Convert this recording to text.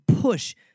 push